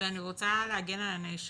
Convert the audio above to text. ואני רוצה להגן על הנאשם